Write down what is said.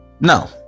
No